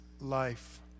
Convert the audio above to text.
life